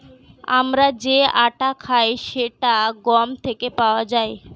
আমরা যে আটা খাই সেটা গম থেকে পাওয়া যায়